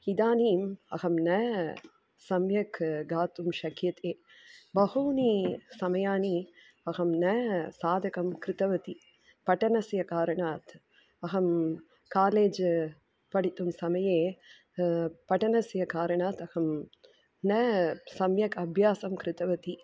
इदानीम् अहं न सम्यक् गातुं शक्यते बहूनि समयानि अहं न साधकं कृतवती पठनस्य कारणात् अहं कालेज् पठितुं समये पठनस्य कारणात् अहं न सम्यक् अभ्यासं कृतवती